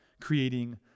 creating